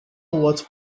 what